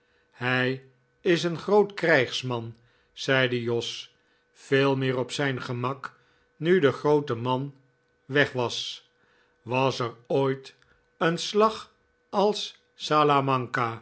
hij is een groot krijgsman zeide jos veel meer op zijn gemak nu de groote man weg was was er ooit een slag als